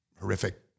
horrific